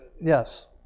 Yes